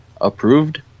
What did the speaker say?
approved